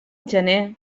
gener